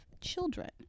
children